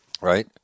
right